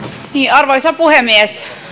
arvoisa puhemies